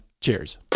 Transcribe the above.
Cheers